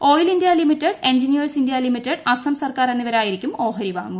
oil India Limited Engineers India Limited Assam സർക്കാർ എന്നിവരായിരിക്കും ഓഹരി വാങ്ങുക